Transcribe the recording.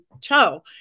toe